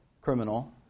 criminal